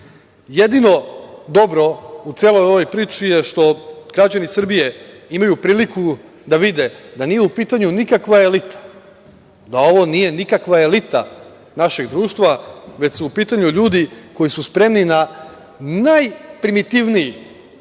Jedino dobro u celoj ovoj priči što građani Srbije imaju priliku da vide da nije u pitanju nikakva elita, da ovo nije nikakva elita našeg društva, već su u pitanju ljudi koji su spremni na najprimitivniji